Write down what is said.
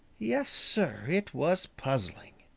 yes, sir, it was puzzling.